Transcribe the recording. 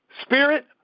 Spirit